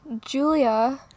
Julia